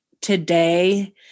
today